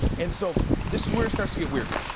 and so, this is where it starts to get weird.